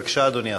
בבקשה, אדוני השר.